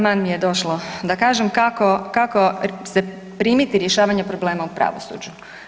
mi je došlo da kažem kako se primiti rješavanja problema u pravosuđu.